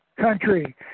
country